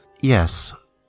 Yes